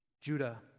Judah